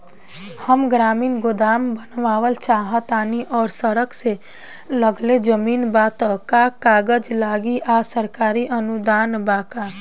हम ग्रामीण गोदाम बनावल चाहतानी और सड़क से लगले जमीन बा त का कागज लागी आ सरकारी अनुदान बा का?